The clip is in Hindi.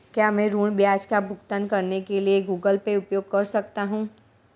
क्या मैं ऋण ब्याज का भुगतान करने के लिए गूगल पे उपयोग कर सकता हूं?